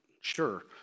sure